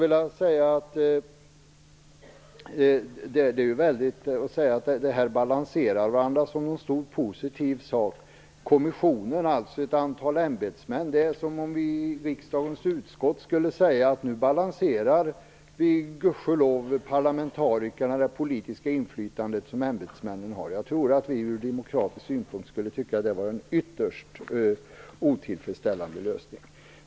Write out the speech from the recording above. Att säga att kommissionen och ett antal ämbetsmän balanserar varandra på ett positivt sätt är som att vi i riksdagens utskott skulle säga att vi parlamentariker gudskelov balanserar det politiska inflytande som ämbetsmännen har. Jag tror att vi ur demokratisk synpunkt skulle tycka att det är ytterst otillfredsställande lösning.